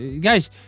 guys